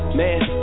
man